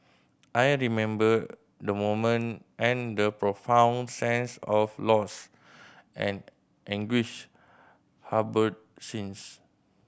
I remember the moment and the profound sense of loss and anguish harboured since